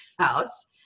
house